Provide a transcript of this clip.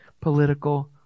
political